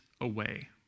away